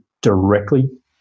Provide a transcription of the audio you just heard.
directly